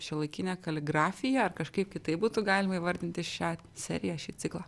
šiuolaikinė kaligrafija ar kažkaip kitaip būtų galima įvardinti šią seriją šį ciklą